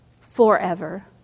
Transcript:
forever